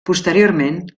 posteriorment